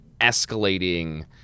escalating